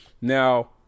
Now